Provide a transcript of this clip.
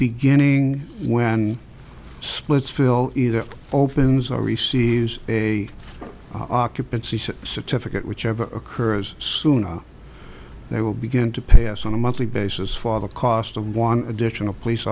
beginning when splitsville either opens or receives a occupancy set certificate whichever occurs soon they will begin to pay us on a monthly basis for the cost of one additional police